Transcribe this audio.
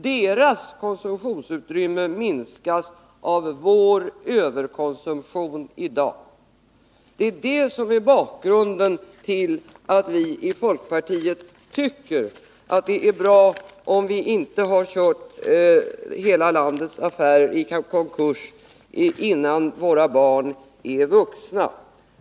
Deras konsumtionsutrymme minskas av vår överkonsumtion i dag. Det är det som är bakgrunden till att vi i folkpartiet tycker att det är bra om vi inte har kört hela landets affärer i konkurs innan våra barn är vuxna.